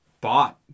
bought